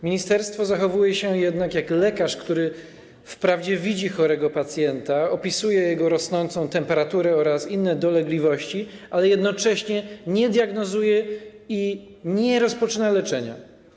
Ministerstwo zachowuje się jednak jak lekarz, który wprawdzie widzi chorego pacjenta, opisuje jego rosnącą temperaturę oraz inne dolegliwości, ale jednocześnie nie diagnozuje i nie rozpoczyna leczenia.